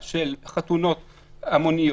אני חושב שצריכים להוסיף את כל סיפור פעוטות היום,